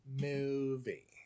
Movie